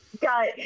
got